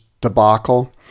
debacle